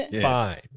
Fine